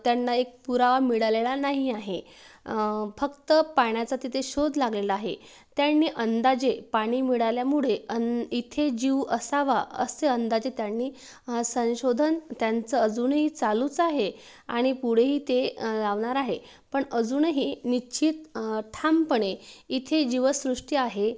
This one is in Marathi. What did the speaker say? त्यांना एक पुरावा मिळालेला नाही आहे फक्त पाण्याचा तिथे शोध लागलेला आहे त्यांनी अंदाजे पाणी मिडाल्यामुळे आणि इथे जीव असावा असे अंदाजे त्यांनी संशोधन त्यांचं अजूनही चालूच आहे आणि पुढे ही ते लावणार आहे पण अजून ही निश्चित ठामपणे इथे जीवसृष्टी आहे